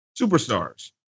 superstars